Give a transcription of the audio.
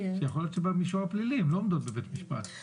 אבל ייתכן שבמישור הפלילי הן לא עומדות בבית המשפט.